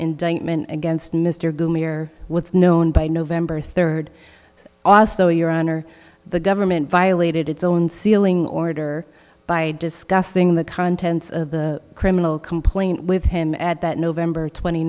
indictment against mr gloomier with known by november third also your honor the government violated its own sealing order by discussing the contents of the criminal complaint with him at that november twenty